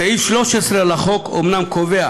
סעיף 13 לחוק אומנם קובע